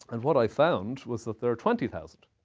and what i found was that there are twenty thousand.